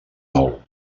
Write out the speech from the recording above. nou